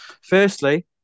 Firstly